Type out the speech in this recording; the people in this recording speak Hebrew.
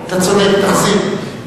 אתה צודק, תחזיר.